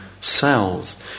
cells